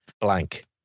blank